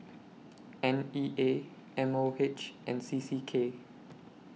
N E A M O H and C C K